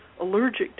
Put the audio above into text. allergic